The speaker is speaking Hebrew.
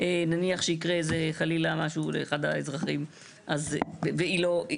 נניח שיקרה איזה חלילה משהו לאחד האזרחים והיא לא,